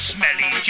smelly